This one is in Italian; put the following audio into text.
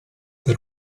per